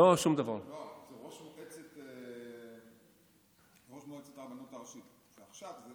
זה ראש מועצת הרבנות הראשית, זאת